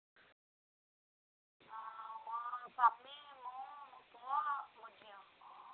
ହଁ ମୋର ସ୍ୱାମୀ ମୁଁ ମୋ ପୁଅ ଆଉ ମୋ ଝିଅ